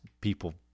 people